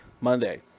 Monday